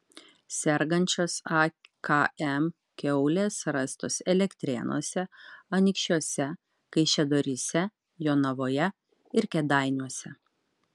sergančios akm kiaulės rastos elektrėnuose anykščiuose kaišiadoryse jonavoje ir kėdainiuose